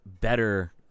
better